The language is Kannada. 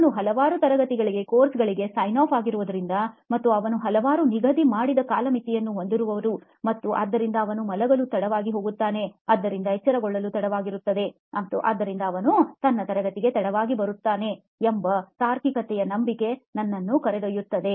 ಅವನು ಹಲವಾರು ತರಗತಿಗಳು ಕೋರ್ಸ್ಗಳಿಗೆ ಸೈನ್ ಆಪ್ ಆಗಿರುವುದರಿಂದ ಮತ್ತು ಅವನು ಹಲವಾರು ನಿಗದಿ ಮಾಡಿದ ಕಾಲಮಿತಿಯನ್ನು ಹೊಂದಿರುವರು ಮತ್ತು ಆದ್ದರಿಂದ ಅವನು ಮಲಗಲು ತಡವಾಗಿ ಹೋಗುತ್ತಾನೆ ಮತ್ತು ಆದ್ದರಿಂದ ಎಚ್ಚರಗೊಳ್ಳಲು ತಡವಾಗಿರುತ್ತದೆ ಮತ್ತು ಆದ್ದರಿಂದ ಅವನು ನನ್ನ ತರಗತಿಗೆ ತಡವಾಗಿ ಬರುತ್ತಾಅವನು ಎಂಬ ತಾರ್ಕಿಕತೆಯ ನಂಬಿಕೆಗೆ ನನ್ನನ್ನು ಕರೆದೊಯ್ಯುತ್ತದೆ